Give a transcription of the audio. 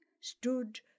stood